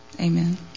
Amen